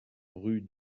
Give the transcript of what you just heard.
rue